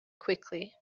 quickly